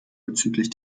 bezüglich